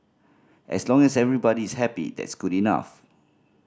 as long as everybody is happy that's good enough